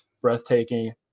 breathtaking